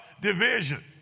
Division